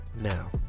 now